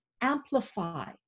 amplify